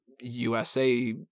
USA